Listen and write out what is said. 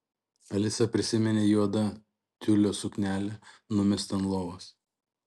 alisa prisiminė juodą tiulio suknelę numestą ant lovos